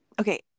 okay